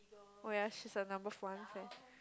oh ya she's a number one fan